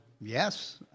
yes